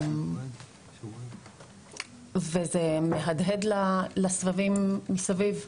זה גם מהדהד מסביב.